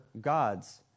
gods